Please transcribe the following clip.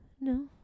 no